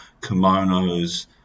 kimonos